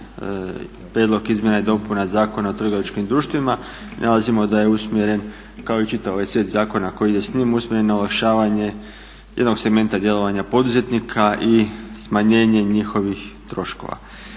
Prijedlog izmjena i dopuna Zakona o trgovačkim društvima. Nalazimo da je usmjeren kao i čitav ovaj set zakona koji ide s njim usmjeren na olakšavanje jednog segmenta djelovanja poduzetnika i smanjenje njihovih troškova.